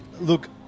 Look